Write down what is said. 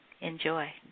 Enjoy